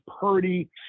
Purdy